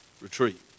retreat